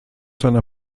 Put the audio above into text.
seiner